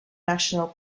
national